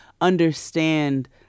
understand